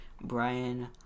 Brian